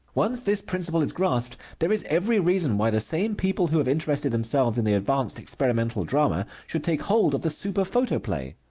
once this principle is grasped there is every reason why the same people who have interested themselves in the advanced experimental drama should take hold of the super-photoplay.